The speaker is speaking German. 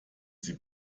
sie